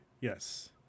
Yes